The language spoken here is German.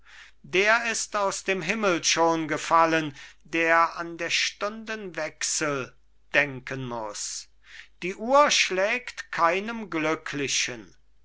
der ist aus dem himmel schon gefallen der an der stunden wechsel denken muß die uhr schlägt keinem glücklichen